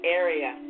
area